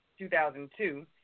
2002